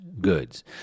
goods